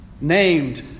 named